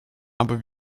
aber